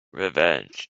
revenge